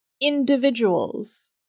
individuals